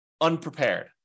unprepared